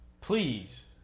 please